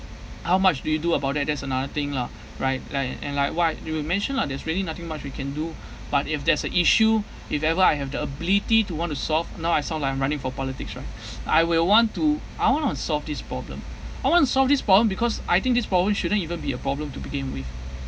how much do you do about that that's another thing lah right like and like what you were mention lah there's really nothing much we can do but if there's a issue if ever I have the ability to want to solve now I sound like I'm running for politics right I will want to I want on solve this problem I want solve this problem because I think this problem shouldn't even be a problem to begin with